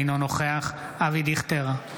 אינו נוכח אבי דיכטר,